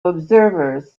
observers